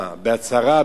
מה, בהצהרה?